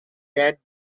that